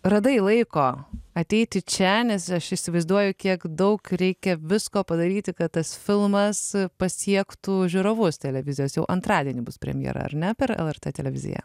radai laiko ateiti čia nes aš įsivaizduoju kiek daug reikia visko padaryti kad tas filmas pasiektų žiūrovus televizijos jau antradienį bus premjera ar ne per lrt televiziją